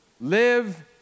Live